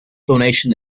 donation